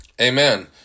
Amen